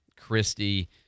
Christie